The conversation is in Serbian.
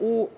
u